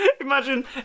Imagine